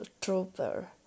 trooper